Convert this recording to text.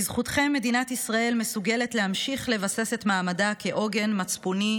בזכותכם מדינת ישראל מסוגלת להמשיך לבסס את מעמדה כעוגן מצפוני,